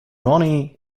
ronnie